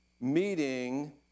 meeting